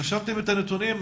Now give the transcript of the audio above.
רשמתם את הנתונים?